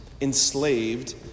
enslaved